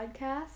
podcast